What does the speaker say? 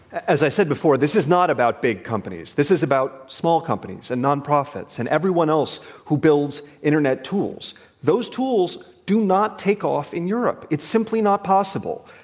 as i said before, this is not about big companies. this is about small companies, and non-profits, and everyone else who builds internet tools. those tools do not take off in europe. it's simply not possible.